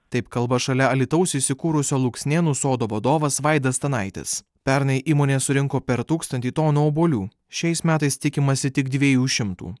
taip kalba šalia alytaus įsikūrusio luksnėnų sodo vadovas vaidas stanaitis pernai įmonė surinko per tūkstantį tonų obuolių šiais metais tikimasi tik dviejų šimtų